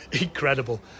incredible